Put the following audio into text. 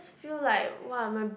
feel like [wah] my